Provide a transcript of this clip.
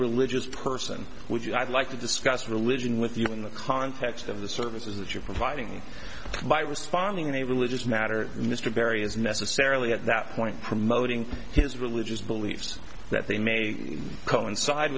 religious person would you i'd like to discuss religion with you in the context of the services that you're providing by responding in a religious matter mr barry is necessarily at that point promoting his religious beliefs that they may coincide